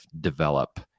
develop